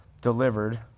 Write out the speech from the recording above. delivered